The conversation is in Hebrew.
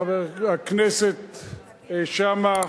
חבר הכנסת שאמה.